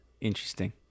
Interesting